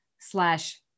slash